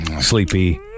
Sleepy